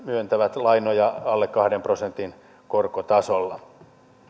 myöntävät lainoja alle kahden prosentin korkotasolla